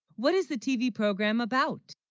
what, is the tv program about?